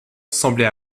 semblait